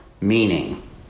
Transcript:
meaning